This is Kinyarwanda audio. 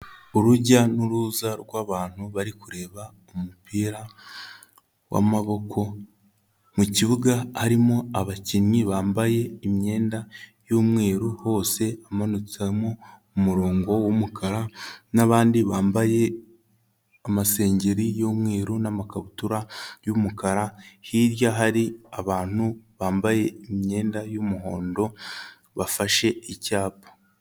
Urujya n'uruza rw'abantu bari kureba umupira w'amaboko, mu kibuga harimo abakinnyi bambaye imyenda y'umweru hose, hamanutsemo umurongo w'umukara n'abandi bambaye amasengeri y'umweru n'amakabutura y'umukara, hirya hari abantu bambaye imyenda y'umuhondo bafashe icyapa.